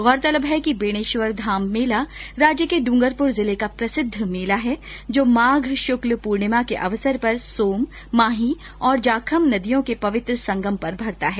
गौरतलब है कि बेणेश्वर धाम मेला राज्य के ड्रंगरपुर जिले का प्रसिद्ध मेला है जो माघ शुक्ल पूर्णिमा के अवसर पर सोम माही और जाखम नदियों के पवित्र संगम पर भरता है